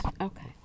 Okay